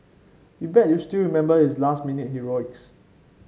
we bet you still remember his last minute heroics